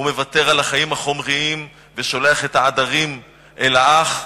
הוא מוותר על החיים החומריים ושולח את העדרים אל האח,